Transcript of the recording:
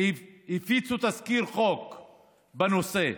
שהפיצו תזכיר חוק בנושא,